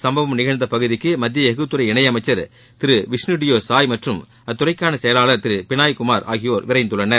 சம்பவம் நிகழ்ந்த பகுதிக்கு மத்திய எஃகு துறை இணையமைச்சர் திரு விஷ்ணு டியோ சாய் மற்றும் அத்துறை செயலாளர் திரு பினாய் குமார் ஆகியோர் விரைந்துள்ளனர்